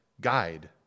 guide